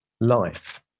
life